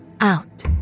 Out